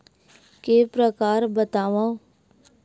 के प्रकार बतावव?